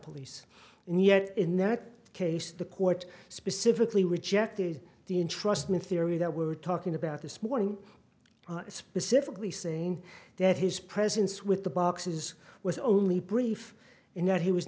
police and yet in that case the court specifically rejected the entrustment theory that we're talking about this morning specifically saying that his presence with the boxes was only brief in that he was